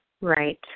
Right